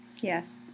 Yes